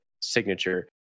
Signature